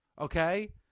okay